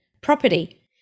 property